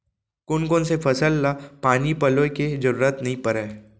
कोन कोन से फसल ला पानी पलोय के जरूरत नई परय?